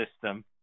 system